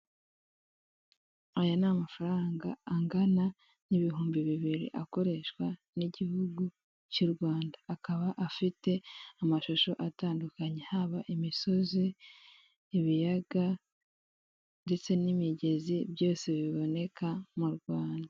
Aya ni amafaranga angana n'ibihumbi bibiri akoreshwa n'igihugu cy'u Rwanda akaba afite amashusho, atandukanye haba imisozi, ibiyaga, ndetse n'imigezi byose biboneka mu Rwanda.